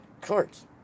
courts